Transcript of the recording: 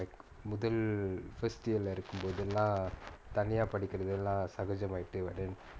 முதல்:muthal first year leh இருக்கும் போதல்லாம் தனியா படிக்குறதுலாம் சகஜமாயிட்டு:irukum pothallaam thaniyaa padikurathulaam sakajamaayittu but and